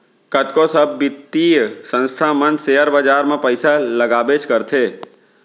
कतको सब बित्तीय संस्था मन सेयर बाजार म पइसा लगाबेच करथे